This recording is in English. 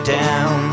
down